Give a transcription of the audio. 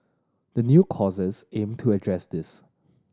the new courses aim to address this